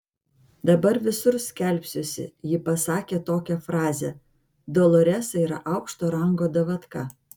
dabar visur skelbsiuosi ji pasakė tokią frazę doloresa yra aukšto rango davatka